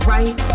Right